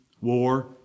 war